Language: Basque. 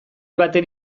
baten